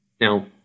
Now